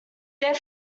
their